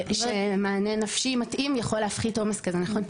ומענה נפשי מתאים יכול להפחית עומס כזה, נכון?